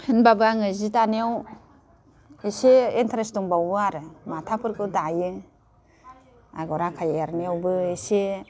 होमबाबो आङो जि दानायाव एसे एनथारेस दंबावो आरो माथाफोरखौ दायो आगर आखाय एरनायावबो एसे